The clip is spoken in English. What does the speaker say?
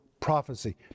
Prophecy